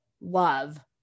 love